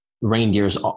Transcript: reindeers